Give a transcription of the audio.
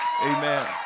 Amen